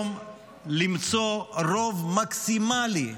למצוא רוב מקסימלי,